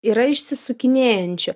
yra išsisukinėjančių